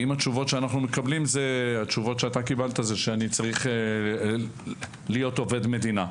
התשובות שאתה קיבלת זה שאני צריך להיות עובד מדינה.